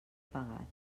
pagat